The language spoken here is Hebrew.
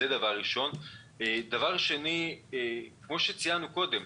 דבר שני, כפי שציינו קודם,